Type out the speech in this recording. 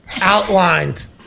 outlined